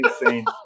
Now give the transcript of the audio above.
insane